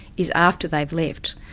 is after they've left.